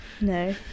No